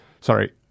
Sorry